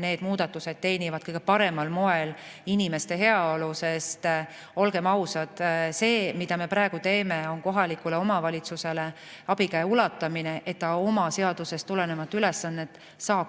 need muudatused teenivad kõige paremal moel inimeste heaolu. Olgem ausad, see, mida me praegu teeme, on kohalikule omavalitsusele abikäe ulatamine, et ta oma seadusest tulenevat ülesannet saaks